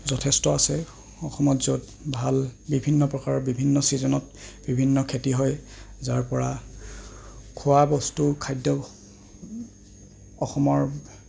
যথেষ্ট আছে অসমত য'ত ভাল বিভিন্ন প্ৰকাৰৰ বিভিন্ন ছিজনত বিভিন্ন খেতি হয় যাৰপৰা খোৱা বস্তু খাদ্য অসমৰ